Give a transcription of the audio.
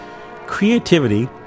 Creativity